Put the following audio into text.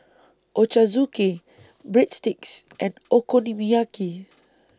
Ochazuke Breadsticks and Okonomiyaki